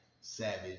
savage